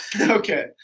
Okay